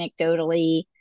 anecdotally